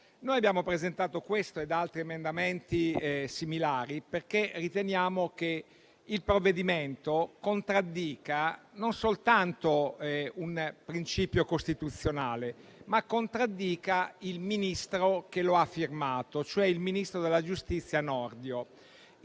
Noi abbiamo presentato questo ed altri emendamenti similari perché riteniamo che il provvedimento contraddica non soltanto un principio costituzionale, ma il Ministro che lo ha firmato. Il ministro della giustizia Nordio,